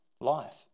life